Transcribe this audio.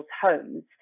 homes